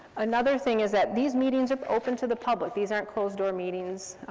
another thing is that these meetings are open to the public, these aren't closed door meetings,